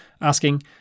Asking